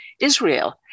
Israel